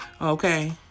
Okay